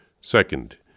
second